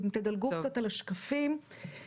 מה שהיה לי חשוב להראות זה בעצם איך הילדים יודעים עלינו.